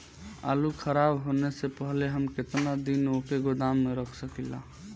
आलूखराब होने से पहले हम केतना दिन वोके गोदाम में रख सकिला?